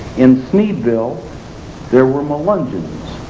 in sneedville there were melungeons,